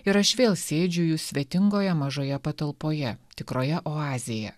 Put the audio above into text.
ir aš vėl sėdžiu jų svetingoje mažoje patalpoje tikroje oazėje